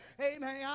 Amen